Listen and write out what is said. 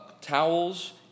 towels